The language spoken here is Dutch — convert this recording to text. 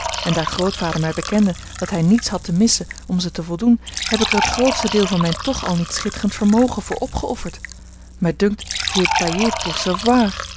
en daar grootvader mij bekende dat hij niets had te missen om ze te voldoen heb ik er het grootste deel van mijn toch al niet schitterend vermogen voor opgeofferd mij dunkt